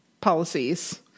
policies